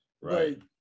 Right